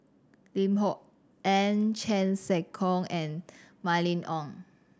Lim Kok Ann Chan Sek Keong and Mylene Ong